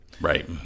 Right